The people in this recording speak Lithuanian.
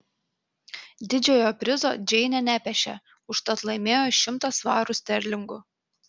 didžiojo prizo džeinė nepešė užtat laimėjo šimtą svarų sterlingų